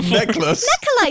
necklace